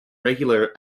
regular